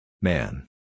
Man